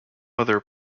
other